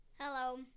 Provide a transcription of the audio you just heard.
Hello